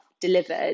delivered